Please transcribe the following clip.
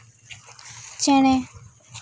ᱪᱮᱬᱮ